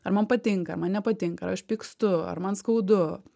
ar man patinka ar man nepatinka ar aš pykstu ar man skaudu